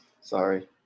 Sorry